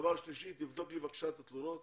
דבר שלישי, תבדוק לי בבקשה את התלונות